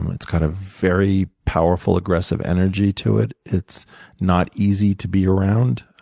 um it's got a very powerful, aggressive energy to it. it's not easy to be around.